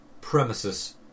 premises